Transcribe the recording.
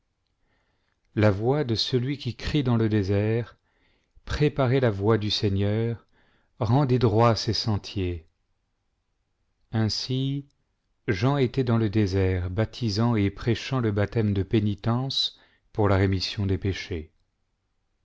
la voix de celui qui crie dans le désert préparez la voie du seigneur rendez droits ses sentiers ainsi jean était dans le désert baptisant et prêchant le baptême de pénitence pour la rémission des péchés